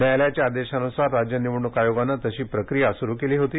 न्यायालयाच्या आदेशानुसार राज्य निवडणूक आयोगाने तशी प्रक्रिया सुरु केली होती